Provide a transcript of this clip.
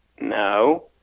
No